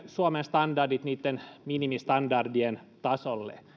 suomen standardit niitten minimistandardien tasolle